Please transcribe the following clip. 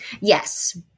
Yes